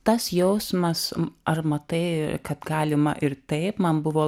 tas jausmas ar matai kad galima ir taip man buvo